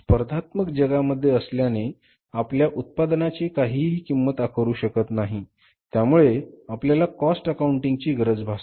आपण स्पर्धात्मक जगामध्ये असल्याने आपल्या उत्पादनाची काहीही किंमत आकारू शकत नाही त्यामुळे आपल्याला कॉस्ट अकाऊंटिंग ची गरज भासते